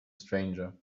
stranger